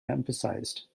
emphasised